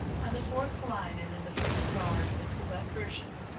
on the fourth line and in the first bar of the kullak version,